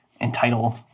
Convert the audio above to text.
entitle